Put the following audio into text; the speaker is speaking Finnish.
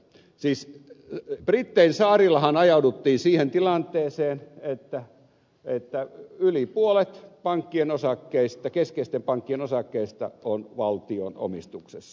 siis brittein saarillahan ajauduttiin siihen tilanteeseen että yli puolet keskeisten pankkien osakkeista on valtion omistuksessa